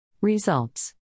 Results